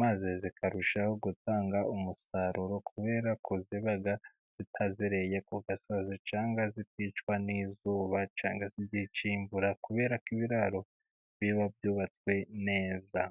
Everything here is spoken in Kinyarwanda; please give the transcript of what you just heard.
maze zikarushaho gutanga umusaruro, kubera ko ziba zitazereye ku gasozi, cyangwa zikicwa n'izuba cyangwa se imvura kubera ko ibiraro biba byubatswe neza.